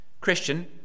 Christian